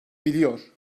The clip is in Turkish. biliyor